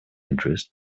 interest